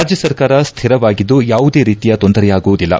ರಾಜ್ಙ ಸರ್ಕಾರ ಸ್ಹಿರವಾಗಿದ್ದು ಯಾವುದೇ ರೀತಿಯ ತೊಂದರೆಯಾಗುವುದಿಲ್ಲ